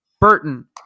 Burton